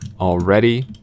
already